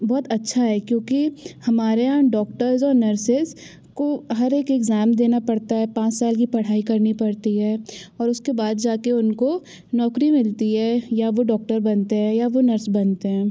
बहुत अच्छा है क्योंकि हमारे यहाँ डॉक्टर्स और नर्सेस को हर एक एग्ज़ाम देना पड़ता है पाँच साल की पढ़ाई करनी पड़ती है और उसके बाद जाकर उनको नौकरी मिलती है या वो डॉक्टर बनते हैं या वो नर्स बनते हैं